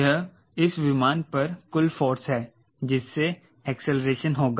यह इस विमान पर कुल फोर्स है जिससे एक्सेलरेशन होगा